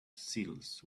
seals